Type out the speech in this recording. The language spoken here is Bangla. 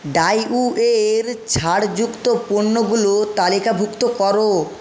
ডিইউ এর ছাড়যুক্ত পণ্যগুলো তালিকাভুক্ত করো